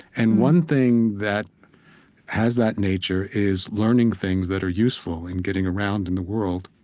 and one thing that has that nature is learning things that are useful in getting around in the world.